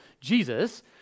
Jesus